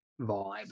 vibe